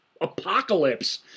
Apocalypse